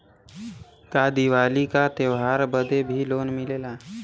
का दिवाली का त्योहारी बदे भी लोन मिलेला?